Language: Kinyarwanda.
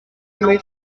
muri